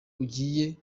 ugiye